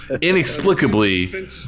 Inexplicably